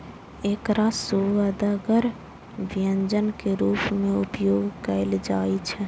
एकरा सुअदगर व्यंजन के रूप मे उपयोग कैल जाइ छै